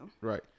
Right